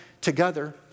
together